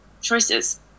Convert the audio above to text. choices